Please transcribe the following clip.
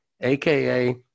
aka